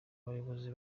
bayobozi